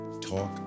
talk